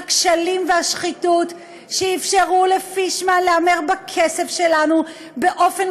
הכשלים והשחיתות שאפשרו לפישמן להמר בכסף שלנו באופן